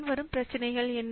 பின்வரும் பிரச்சினைகள் என்ன